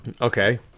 okay